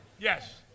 Yes